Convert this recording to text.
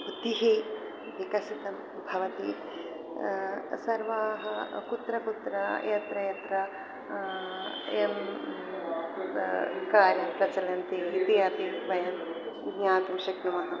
बुद्धिः विकसिता भवति सर्वाः कुत्र कुत्र यत्र यत्र यं क कार्यं प्रचलन्ति इति अपि वयं ज्ञातुं शक्नुमः